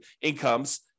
incomes